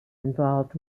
involved